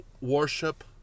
worship